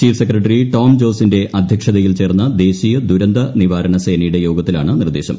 chief secretary Tom ജോസിന്റെ അധ്യക്ഷതയിൽ പ്രച്ചേർന്ന ദേശീയ ദുരന്ത നിവാരണ സേനയുടെ യോഗത്തിലാണ് നിർദേശം